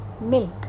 milk